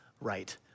right